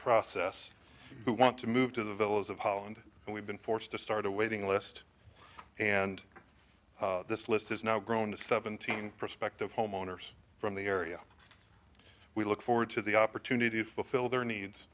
process who want to move to the villas of holland and we've been forced to start a waiting list and this list has now grown to seventeen prospective homeowners from the area we look forward to the opportunity to fulfil their needs